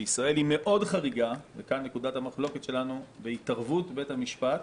ישראל היא מאוד חריגה וכאן נקודת המחלוקת בינינו בהתערבות בית המשפט